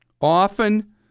Often